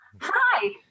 Hi